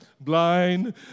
Blind